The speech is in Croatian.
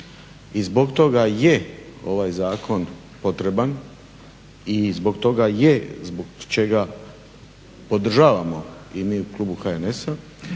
i zbog toga je ovaj zakon potreban i zbog toga je zbog čega podržavamo i mi u klubu HNS-a.